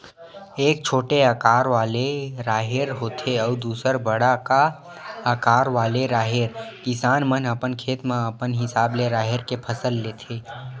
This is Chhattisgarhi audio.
एक छोटे अकार वाले राहेर होथे अउ दूसर बड़का अकार वाले राहेर, किसान मन अपन खेत म अपन हिसाब ले राहेर के फसल लेथे